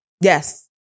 Yes